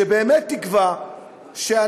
שבאמת תקבע שהאנשים,